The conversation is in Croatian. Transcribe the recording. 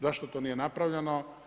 Zašto to nije napravljeno?